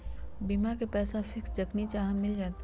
बीमा के पैसा फिक्स जखनि चाहम मिल जाएत?